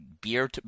beer